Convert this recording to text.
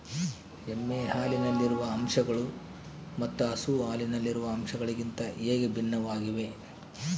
ಎಮ್ಮೆ ಹಾಲಿನಲ್ಲಿರುವ ಅಂಶಗಳು ಮತ್ತು ಹಸು ಹಾಲಿನಲ್ಲಿರುವ ಅಂಶಗಳಿಗಿಂತ ಹೇಗೆ ಭಿನ್ನವಾಗಿವೆ?